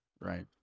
right